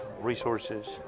resources